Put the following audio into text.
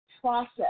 process